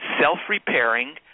self-repairing